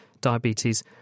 diabetes